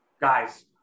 guys